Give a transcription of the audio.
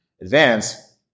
advance